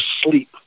sleep